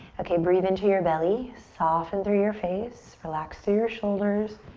okay, breathe into your belly. soften through your face. relax through your shoulders.